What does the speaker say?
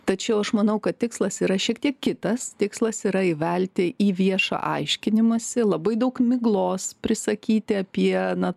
tačiau aš manau kad tikslas yra šiek tiek kitas tikslas yra įvelti į viešą aiškinimąsi labai daug miglos prisakyti apie na